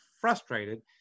frustrated